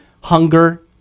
hunger